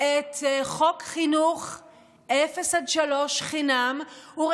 את חוק חינוך חינם אפס עד שלוש,